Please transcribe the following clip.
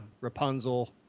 Rapunzel